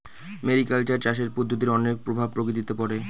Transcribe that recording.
mariculture চাষের পদ্ধতির অনেক প্রভাব প্রকৃতিতে পড়ে